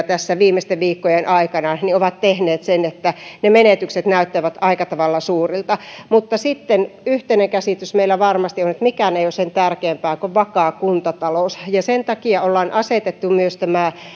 tässä viimeisten viikkojen aikana on tehnyt sen että ne menetykset näyttävät aika tavalla suurilta mutta sitten yhteinen käsitys meillä varmasti on että mikään ei ole sen tärkeämpää kuin vakaa kuntatalous ja sen takia ollaan asetettu myös tämä